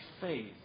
faith